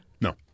No